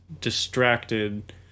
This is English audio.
distracted